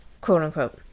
quote-unquote